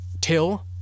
Till